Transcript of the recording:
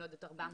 400 שקל.